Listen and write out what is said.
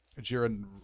Jiren